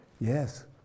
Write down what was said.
yes